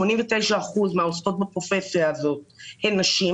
89 אחוזים מהעוסקות בפרופסיה הזאת הן נשים